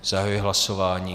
Zahajuji hlasování.